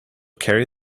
carry